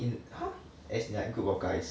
in !huh! as in like group of guys